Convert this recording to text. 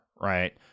right